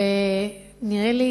ונראה לי,